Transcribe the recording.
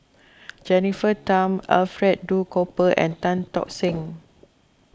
Jennifer Tham Alfred Duff Cooper and Tan Tock Seng